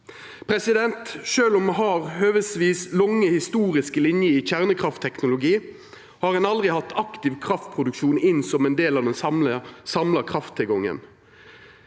gjennomført. Sjølv om me har høvesvis lange historiske linjer i kjernekraftteknologi, har ein aldri hatt aktiv kraftproduksjon som ein del av den samla krafttilgangen.